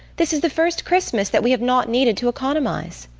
this is the first christmas that we have not needed to economise.